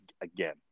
again